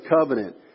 Covenant